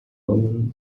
woman